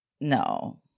No